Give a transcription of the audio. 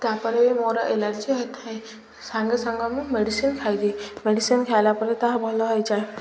ତା'ପରେ ବି ମୋର ଏଲର୍ଜି ହୋଇଥାଏ ସାଙ୍ଗେ ସାଙ୍ଗ ମୁଁ ମେଡ଼ିସିନ୍ ଖାଇ ଦିଏ ମେଡ଼ିସିନ୍ ଖାଇଲା ପରେ ତାହା ଭଲ ହେଇଯାଏ